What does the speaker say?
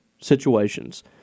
situations